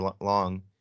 long